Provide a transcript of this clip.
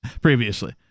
Previously